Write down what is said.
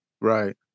right